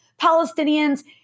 Palestinians